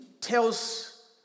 tells